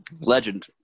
legend